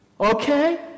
Okay